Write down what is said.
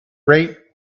rate